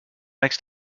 next